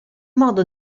modo